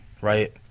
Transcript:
right